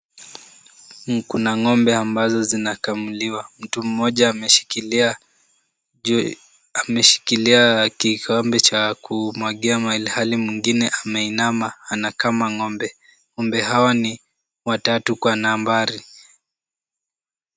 Kuna ng'ombe ambazo zinakamuliwa. Mtu mmoja ameshikilia kikombe cha kumwagia ilhali mwingine ameinama anakama ng'ombe. Ng'ombe hawa ni watatu kwa nambari.